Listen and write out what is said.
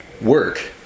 Work